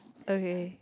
okay